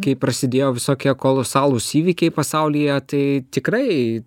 kai prasidėjo visokie kolosalūs įvykiai pasaulyje tai tikrai